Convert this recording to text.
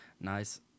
nice